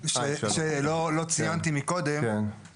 החוק: מדובר במערכת בנקאית שמנצלת את חוסר